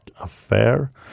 Affair